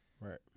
right